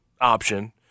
option